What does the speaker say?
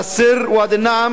אל-סר, ואדי-אל-נעם,